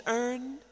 earned